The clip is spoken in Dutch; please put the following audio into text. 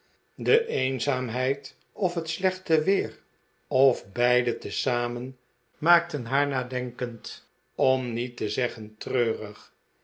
de eenzaamheid of het slechte weer of beide tezamen maakten haar nadenkend om niet te zeggen treurig